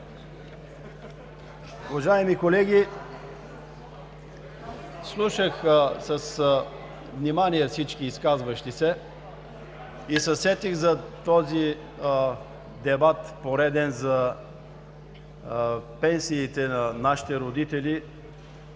Уважаеми колеги, слушах с внимание всички, изказващи се и се сетих за този пореден дебат за пенсиите на нашите родители.